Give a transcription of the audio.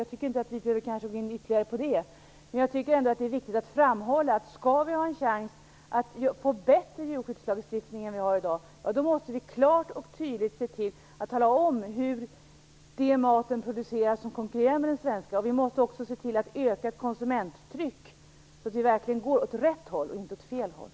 Jag tycker inte att vi behöver gå in ytterligare på det, men det är ändå viktigt att framhålla att om vi skall ha en chans att få en bättre djurskyddslagstiftning än vad vi i dag har, måste vi klart och tydligt tala om hur den mat som konkurrerar med den svenska produceras. Vi måste också se till att få ett ökat konsumenttryck, så att vi verkligen går åt rätt håll, inte åt fel håll.